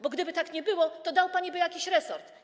Bo gdyby tak nie było, to dałby pani jakiś resort.